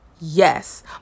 yes